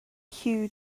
huw